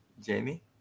Jamie